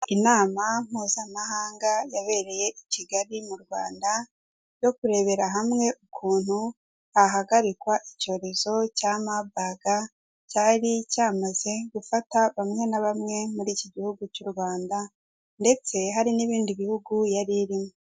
Inama mpuzamahanga yabereye i Kigali mu Rwanda yo kurebera hamwe ukuntu hahagarikwa icyorezo cya mabaga, cyari cyamaze gufata bamwe na bamwe muri iki Gihugu cy'u Rwanda ndetse hari n'ibindi bihugu yari irimo.